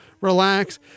relax